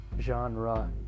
genre